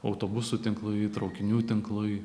autobusų tinklai į traukinių tinklai